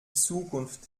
zukunft